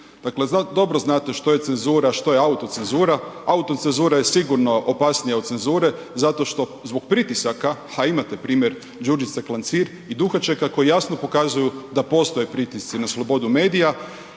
Dakle, dobro znate što je cenzura, što je autocenzura. Autocenzura je sigurno opasnija od cenzure zato što zbog pritisaka, a imate primjer Đurđice Klancir i Duhačeka koji jasno pokazuju da postoje pritisci na slobodu medija